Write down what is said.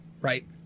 right